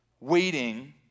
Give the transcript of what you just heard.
waiting